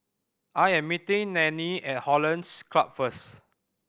I am meeting Nannie at Hollandse Club first